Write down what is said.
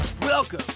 Welcome